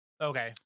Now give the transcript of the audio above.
okay